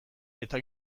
eta